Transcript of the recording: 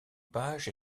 page